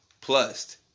Plus